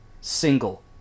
single